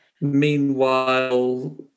meanwhile